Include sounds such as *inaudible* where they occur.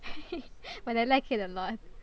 *laughs* but I like it alot